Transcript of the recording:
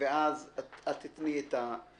את הצו